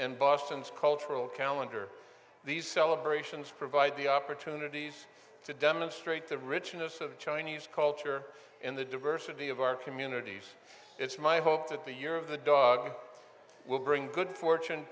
and boston's cultural calendar these celebrations provide the opportunities to demonstrate the richness of chinese culture and the diversity of our communities it's my hope that the year of the dog will bring good fortune